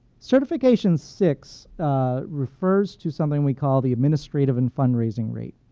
certification six refers to something we call the administrative and fundraising rate,